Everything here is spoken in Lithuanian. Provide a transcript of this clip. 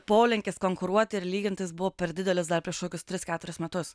polinkis konkuruoti ir lygintis buvo per didelis dar prieš kokius tris keturis metus